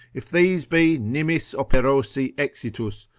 if these be nimis operosi exitus,